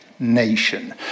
Nation